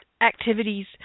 activities